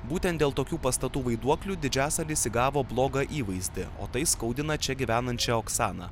būtent dėl tokių pastatų vaiduoklių didžiasalis įgavo blogą įvaizdį o tai skaudina čia gyvenančią oksaną